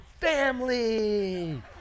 family